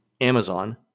Amazon